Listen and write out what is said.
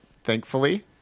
thankfully